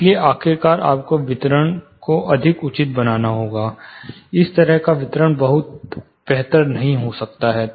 इसलिए आखिरकार आपको वितरण को अधिक उचित बनाना होगा इस तरह का वितरण बहुत बेहतर नहीं हो सकता है